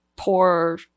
poor